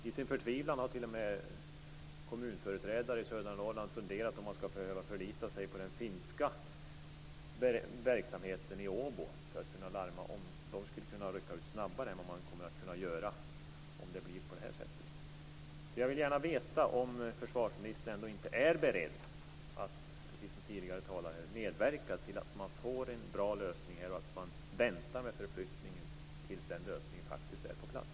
I sin förtvivlan har kommunföreträdare i södra Norrland funderat över om man skall bli tvungen att förlita sig på den finska verksamheten i Åbo. De kanske skulle kunna rycka ut snabbare än man kommer att kunna göra från svensk sida om det blir på det här sättet. Jag vill gärna veta om försvarsministern ändå inte är beredd att, precis som tidigare talare sagt, medverka till att man får en bra lösning och till att man väntar med förflyttningen tills den lösningen faktiskt är på plats.